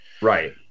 Right